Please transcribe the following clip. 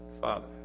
father